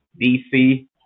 DC